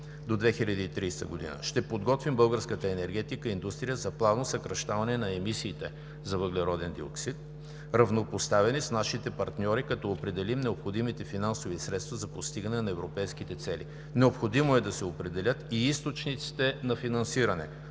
до 2030 г., ще подготвим българската енергетика и индустрия за плавно съкращаване на емисиите за въглероден диоксид, равнопоставени с нашите партньори, като определим необходимите финансови средства за постигане на европейските цели. Необходимо е да се определят и източниците на финансиране